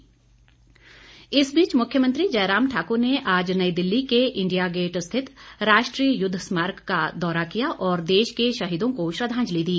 श्रद्वाजंलि इस बीच मुख्यमंत्री जयराम ठाकुर ने आज नई दिल्ली के इंडिया गेट स्थित राष्ट्रीय युद्ध स्मारक का दौरा किया और देश के शहीदों को श्रद्वाजंलि दी